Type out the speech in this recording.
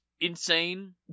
insane